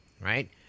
Right